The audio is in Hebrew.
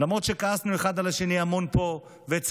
למרות שכעסנו אחד על השני המון פה וצעקנו,